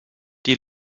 die